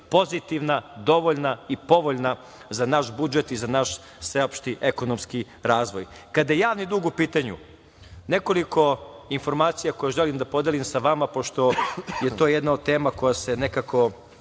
pozitivna, dovoljna i povoljna za naš budžet i za naš sveopšti ekonomski razvoj. Kada je javni dug u pitanju, nekoliko informacija koje želim da podelim sa vama pošto je to jedna od tema koja se nekako